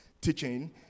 teaching